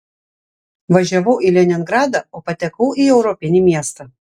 važiavau į leningradą o patekau į europinį miestą